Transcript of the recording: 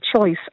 choice